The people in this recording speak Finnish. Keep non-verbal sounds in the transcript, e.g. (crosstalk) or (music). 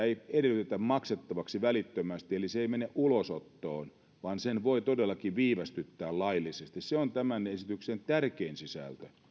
(unintelligible) ei edellytetä maksettavaksi välittömästi eli se ei mene ulosottoon vaan sen voi todellakin viivästyttää laillisesti se on tämän esityksen tärkein sisältö